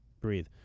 breathe